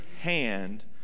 hand